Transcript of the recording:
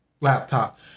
Laptop